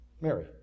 Mary